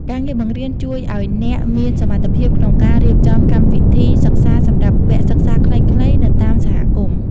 ការងារបង្រៀនជួយឱ្យអ្នកមានសមត្ថភាពក្នុងការរៀបចំកម្មវិធីសិក្សាសម្រាប់វគ្គសិក្សាខ្លីៗនៅតាមសហគមន៍។